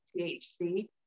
THC